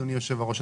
אדוני יושב הראש,